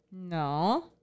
No